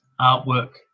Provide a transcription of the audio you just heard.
artwork